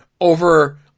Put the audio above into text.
over